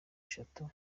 eshatu